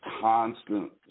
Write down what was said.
constant